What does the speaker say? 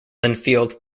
linfield